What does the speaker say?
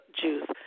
Jews